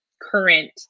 current